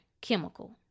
chemical